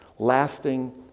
lasting